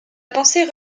pensée